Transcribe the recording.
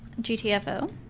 GTFO